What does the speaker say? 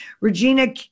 Regina